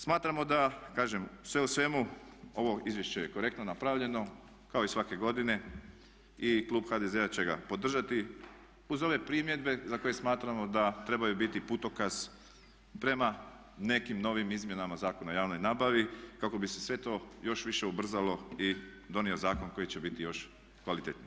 Smatramo da kažem sve u svemu ovo izvješće je korektno napravljeno kao i svake godine i klub HDZ-a će ga podržati uz ove primjedbe za koje smatramo da trebaju biti putokaz prema nekim novim izmjenama Zakona o javnoj nabavi kako bi se sve to još više ubrzalo i donio zakon koji će biti još kvalitetniji.